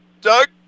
Doug